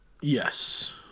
Yes